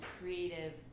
creative